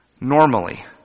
normally